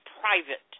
private